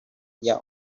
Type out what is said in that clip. their